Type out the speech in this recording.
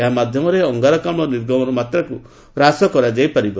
ଏହା ମାଧ୍ୟମରେ ଅଗ୍ରାରକାମ୍ଳ ନିର୍ଗମନ ମାତ୍ରାକୁ ହ୍ରାସ କରାଯାଇ ପାରିବ